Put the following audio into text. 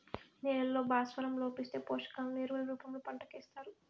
నేలల్లో భాస్వరం లోపిస్తే, పోషకాలను ఎరువుల రూపంలో పంటకు ఏస్తారు